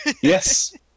Yes